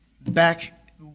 Back